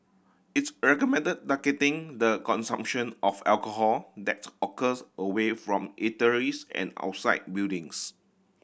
its recommended targeting the consumption of alcohol that's occurs away from eateries and outside buildings